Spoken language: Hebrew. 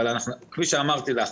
כפי שאמרתי לך,